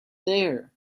there